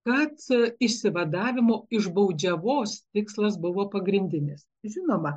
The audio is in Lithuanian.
kad išsivadavimo iš baudžiavos tikslas buvo pagrindinis žinoma